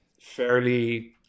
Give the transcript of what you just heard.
fairly